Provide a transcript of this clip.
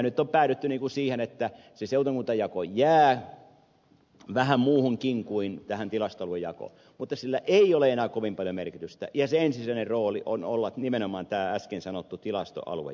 nyt on päädytty siihen että se seutukuntajako jää vähän muuhunkin kuin tähän tilastoaluejakoon mutta sillä ei ole enää kovin paljon merkitystä ja sen ensisijainen rooli on olla nimenomaan tämä äsken sanottu tilastoaluejako